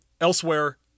Elsewhere